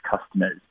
customers